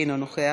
אינו נוכח,